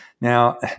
Now